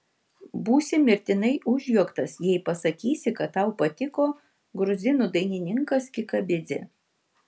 būsi mirtinai užjuoktas jei pasakysi kad tau patiko gruzinų dainininkas kikabidzė